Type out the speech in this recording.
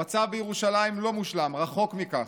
המצב בירושלים לא מושלם, רחוק מכך,